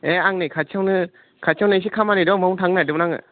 ए आं नै खाथियावनो खाथियावनो एसे खामानि दं बावनो थांनो नागिरदोंमोन आङो